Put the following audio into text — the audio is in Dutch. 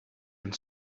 een